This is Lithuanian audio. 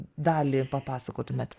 dalį papasakotumėt